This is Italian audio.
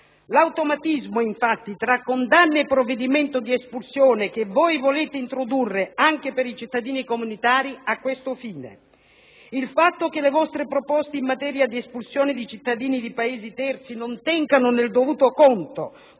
L'automatismo, infatti, tra condanna e provvedimento di espulsione che volete introdurre anche per i cittadini comunitari ha questo fine. Il fatto che le vostre proposte in materia di espulsione di cittadini di Paesi terzi non tengano nel dovuto conto,